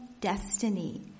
destiny